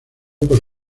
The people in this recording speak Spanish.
por